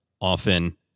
often